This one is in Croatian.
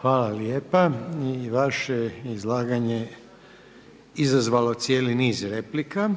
Hvala lijepa. I vaše izlaganje izazvalo cijeli niz replika.